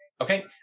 Okay